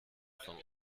vom